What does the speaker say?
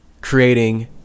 creating